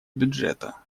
бюджета